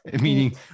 meaning